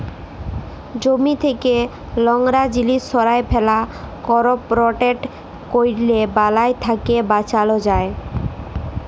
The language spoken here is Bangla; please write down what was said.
জমি থ্যাকে লংরা জিলিস সঁরায় ফেলা, করপ রটেট ক্যরলে বালাই থ্যাকে বাঁচালো যায়